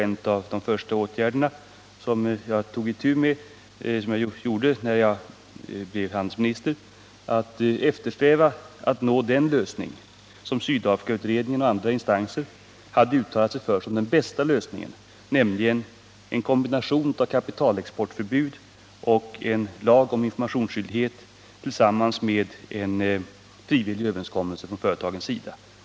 En av de första åtgärder som jag vidtog när jag blev handelsminister var att ta initiativ för att nå den lösning som Sydafrikautredningen och andra instanser hade uttalat sig för som den bästa lösningen, nämligen en kombination av kapitalexportförbud och en lag om informationsskyldighet tillsammans med en frivillig överenskommelse från företagens sida.